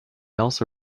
also